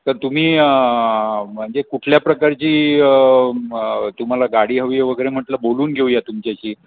तर तुम्ही म्हणजे कुठल्या प्रकारची मग तुम्हाला गाडी हवी आहे वगैरे म्हटलं बोलून घेऊया तुमच्याशी